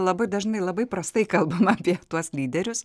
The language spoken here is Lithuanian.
labai dažnai labai prastai kalbam apie tuos lyderius